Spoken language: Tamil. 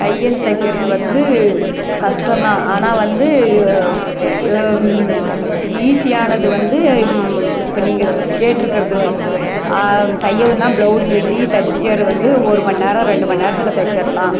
தையல் தைக்கிறது வந்து கஷ்டம் தான் ஆனால் வந்து ஈஸியானது வந்து இப்போ நீங்கள் ஸ் கேட்டிருக்கறது தையல்னால் ப்ளவுஸ் வெட்டி தைச்சி வேலை வந்து ஒரு மணி நேரம் ரெண்டு மணி நேரத்தில் தைச்சிர்லாம்